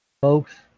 Folks